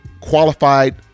Qualified